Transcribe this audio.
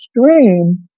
stream